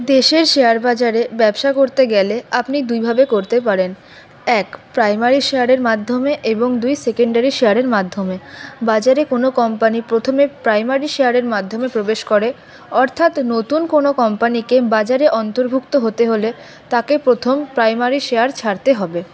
দেশের শেয়ার বাজারে ব্যবসা করতে গেলে আপনি দুইভাবে করতে পারেন এক প্রাইমারি শেয়ারের মাধ্যমে এবং দুই সেকেন্ডারি শেয়ারের মাধ্যমে বাজারে কোনো কোম্পানি প্রথমে প্রাইমারি শেয়ারের মাধ্যমে প্রবেশ করে অর্থাৎ নতুন কোনো কোম্পানিকে বাজারে অন্তর্ভুক্ত হতে হলে তাকে প্রথম প্রাইমারি শেয়ার ছাড়তে হবে